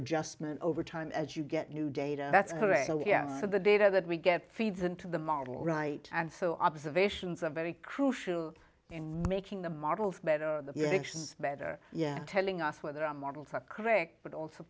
adjustment over time as you get new data that's the data that we get feeds into the model right and so observations are very crucial in making the models better better yet telling us whether our models are correct but also